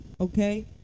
okay